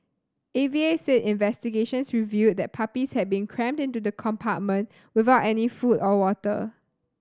A V A said investigations revealed that the puppies had been crammed into the compartment without any food or water